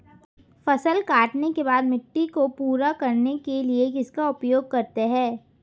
फसल काटने के बाद मिट्टी को पूरा करने के लिए किसका उपयोग करते हैं?